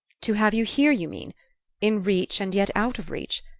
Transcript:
to have you here, you mean in reach and yet out of reach?